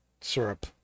syrup